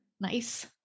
Nice